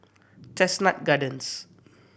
Chestnut Gardens